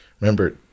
Remember